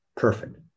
Perfect